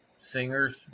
singers